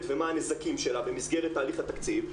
ומה הנזקים שלה במסגרת תהליך התקציב.